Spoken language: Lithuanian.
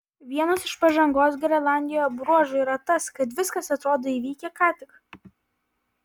vienas iš pažangos grenlandijoje bruožų yra tas kad viskas atrodo įvykę ką tik